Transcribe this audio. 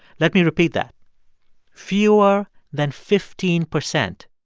let me repeat that fewer than fifteen percent.